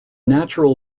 natural